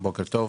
בוקר טוב,